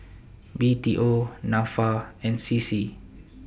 B T O Nafa and C C